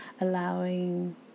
allowing